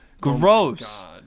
Gross